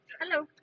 Hello